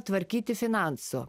tvarkyti finansų